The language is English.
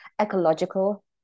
ecological